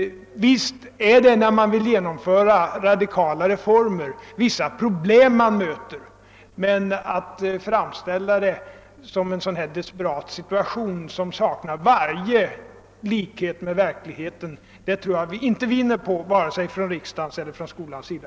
Visst möter man vissa problem när man vill genomföra radikala reformer, men att framställa det som om situationen vore desperat saknar varje likhet med verkligheten; det tror jag inte att vi vinner något på vare sig från riksdagens eller skolans sida.